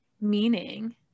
Meaning